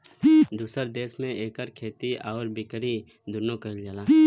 दुसर देस में इकर खेती आउर बिकरी दुन्नो कइल जाला